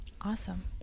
Awesome